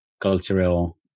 cultural